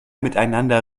miteinander